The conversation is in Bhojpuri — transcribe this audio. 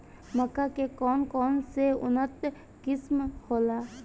मक्का के कौन कौनसे उन्नत किस्म होला?